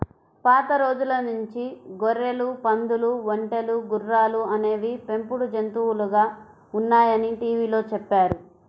పాత రోజుల నుంచి గొర్రెలు, పందులు, ఒంటెలు, గుర్రాలు అనేవి పెంపుడు జంతువులుగా ఉన్నాయని టీవీలో చెప్పారు